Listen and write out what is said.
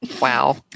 Wow